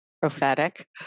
prophetic